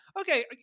Okay